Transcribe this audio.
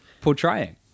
portraying